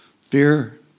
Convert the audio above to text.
Fear